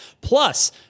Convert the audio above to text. Plus